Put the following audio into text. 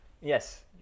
Yes